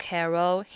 Carol